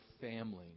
family